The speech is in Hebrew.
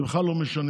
זה בכלל לא משנה.